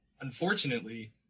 Unfortunately